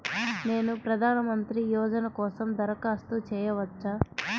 నేను ప్రధాన మంత్రి యోజన కోసం దరఖాస్తు చేయవచ్చా?